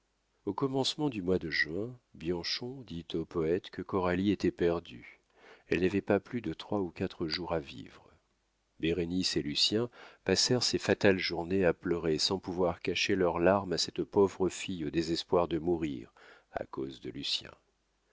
au commencement du mois de juin bianchon dit au poète que coralie était perdue elle n'avait pas plus de trois ou quatre jours à vivre bérénice et lucien passèrent ces fatales journées à pleurer sans pouvoir cacher leurs larmes à cette pauvre fille au désespoir de mourir à cause de lucien